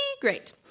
great